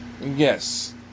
Yes